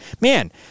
man